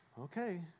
okay